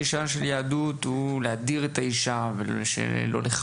אישה ביהדות הוא להאדיר את האישה ולכבדה,